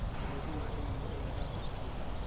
बलुही माटी मे मुरई लगा सकथव का?